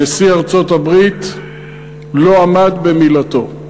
והנשיא לא עמד במילתו,